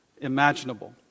imaginable